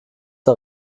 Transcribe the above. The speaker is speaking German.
der